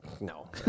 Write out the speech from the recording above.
No